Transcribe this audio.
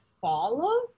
follow